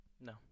No